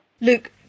Luke